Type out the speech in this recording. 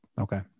Okay